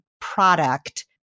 product